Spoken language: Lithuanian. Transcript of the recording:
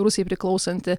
rusijai priklausanti